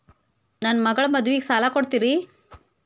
ನನ್ನ ಮಗಳ ಮದುವಿಗೆ ಸಾಲ ಕೊಡ್ತೇರಿ?